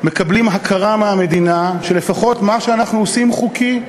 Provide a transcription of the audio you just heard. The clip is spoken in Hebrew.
מקבלים הכרה מהמדינה שלפחות מה שאנחנו עושים חוקי,